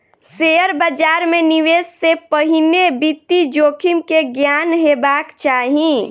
share बाजार मे निवेश से पहिने वित्तीय जोखिम के ज्ञान हेबाक चाही